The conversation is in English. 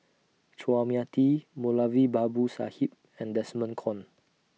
Chua Mia Tee Moulavi Babu Sahib and Desmond Kon